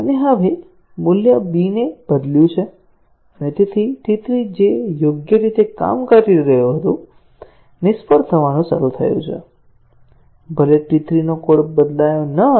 અને હવે આપણે મૂલ્ય b ને બદલ્યું છે અને તેથી T 3 જે યોગ્ય રીતે કામ કરી રહ્યું હતું નિષ્ફળ થવાનું શરૂ થયું છે ભલે T3 નો કોડ બદલાયો ન હતો